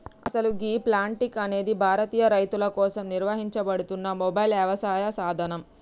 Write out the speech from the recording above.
అసలు గీ ప్లాంటిక్స్ అనేది భారతీయ రైతుల కోసం నిర్వహించబడుతున్న మొబైల్ యవసాయ సాధనం